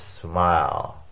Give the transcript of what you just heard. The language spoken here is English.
smile